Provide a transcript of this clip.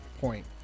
point